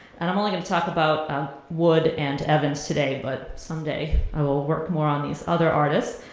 and i'm only gonna talk about wood and evans today, but someday i will work more on these other artists.